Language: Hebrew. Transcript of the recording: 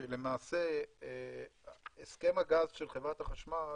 כשלמעשה הסכם הגז של חברת החשמל